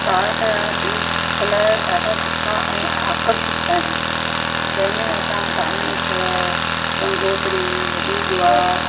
भारत जा तीर्थ स्थल ॾाढा सुठा ऐं आकर्षित आहिनि जंहिंमें असां रामेश्वर गंगोत्री हरिद्वार